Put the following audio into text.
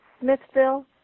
Smithville